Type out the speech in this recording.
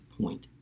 point